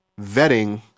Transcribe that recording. vetting